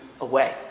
away